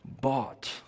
bought